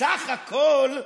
בסך הכול,